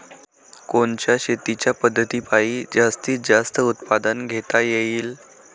कोनच्या शेतीच्या पद्धतीपायी जास्तीत जास्त उत्पादन घेता येईल?